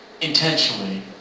intentionally